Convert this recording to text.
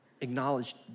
acknowledged